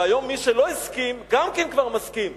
והיום מי שלא הסכים, גם כן כבר מסכים.